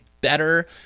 better